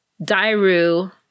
Dairu